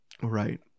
right